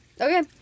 Okay